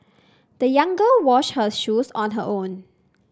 the young girl washed her shoes on her own